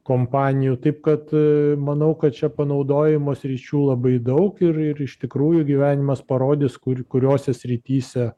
kompanijų taip kad manau kad čia panaudojimo sričių labai daug ir ir iš tikrųjų gyvenimas parodys kur kuriose srityse